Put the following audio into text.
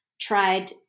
tried